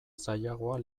zailagoa